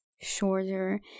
shorter